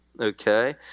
okay